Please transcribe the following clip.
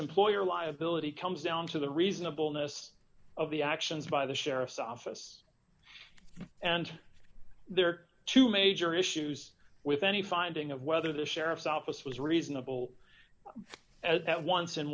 employer liability comes down to the reasonableness of the actions by the sheriff's office and there are two major issues with any finding of whether the sheriff's office was reasonable at once